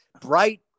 bright